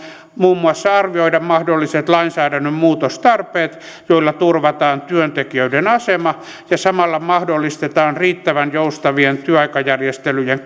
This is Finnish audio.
muun muassa arvioida mahdolliset lainsäädännön muutostarpeet joilla turvataan työntekijöiden asema ja samalla mahdollistetaan riittävän joustavien työaikajärjestelyjen